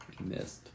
missed